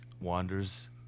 wanders